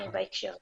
בהקשר הזה.